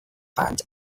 event